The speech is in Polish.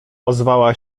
ozwała